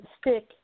stick